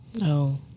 No